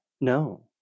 No